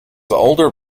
older